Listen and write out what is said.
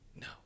No